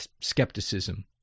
skepticism